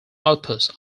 outputs